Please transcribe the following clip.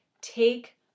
Take